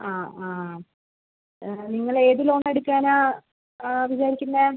ആ ആ നിങ്ങൾ ഏത് ലോൺ എടുക്കാനാണ് വിചാരിക്കുന്നത്